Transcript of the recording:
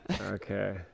Okay